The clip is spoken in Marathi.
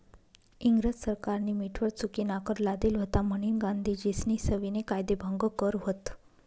इंग्रज सरकारनी मीठवर चुकीनाकर लादेल व्हता म्हनीन गांधीजीस्नी सविनय कायदेभंग कर व्हत